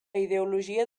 ideologia